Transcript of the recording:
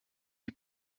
wie